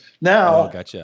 Now